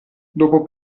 dopo